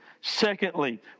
Secondly